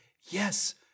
Yes